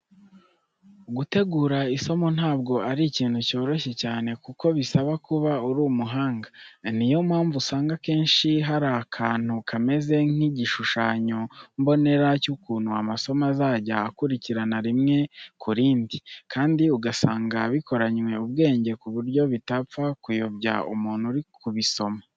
Gutegura isomo ntabwo ari ikintu cyoroshye cyane kuko bisaba kuba uri umuhanga. Niyo mpamvu usanga akenshi hari akantu kameze nk'igishushanyo mbonera cy'ukuntu amasomo azajya akurikirana rimwe ku rindi, kandi ugasanga bikoranywe ubwenge ku buryo bitapfa kuyobya umuntu uri kubisoma.